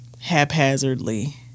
haphazardly